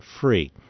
free